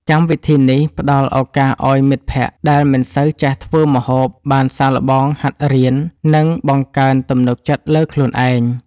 កម្មវិធីនេះផ្ដល់ឱកាសឱ្យមិត្តភក្តិដែលមិនសូវចេះធ្វើម្ហូប បានសាកល្បងហាត់រៀន និងបង្កើនទំនុកចិត្តលើខ្លួនឯង។